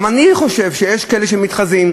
אני גם חושב שיש כאלה שמתחזים,